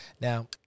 Now